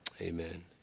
amen